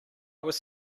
was